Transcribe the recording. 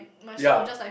yea